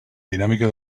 dinàmica